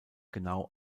genau